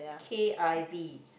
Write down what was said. K I V